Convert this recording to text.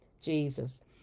Jesus